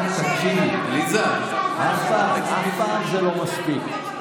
תקשיבי, אף פעם זה לא מספיק.